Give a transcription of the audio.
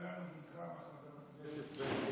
תגלה לנו בן כמה חבר הכנסת פינדרוס.